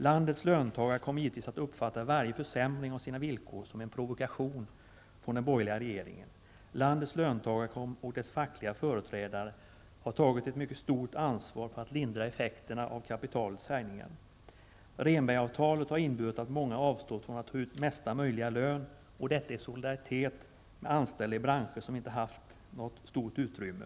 Landets löntagare kommer givetvis att uppfatta varje försämring av sina villkor som en provokation från den borgerliga regeringen. Landets löntagare och deras fackliga företrädare har tagit ett mycket stort ansvar för att lindra effekterna av kapitalets höjningar. Rehnbergavtalet har inneburit att många avstått från att ta ut mesta möjliga lön, och detta i solidaritet med anställda i branscher som inte haft något stort utrymme.